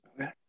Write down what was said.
Okay